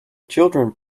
children